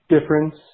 difference